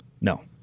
No